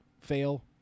fail